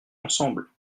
ensemble